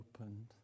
opened